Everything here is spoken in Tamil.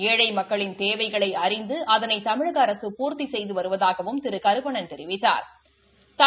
ஏழை மக்களின் தேவைகளை அறிந்து அதளை தமிழக அரசு பூர்த்தி செய்து வருவதாகவும் திரு கருப்பணன் தெரிவித்தாா்